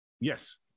Yes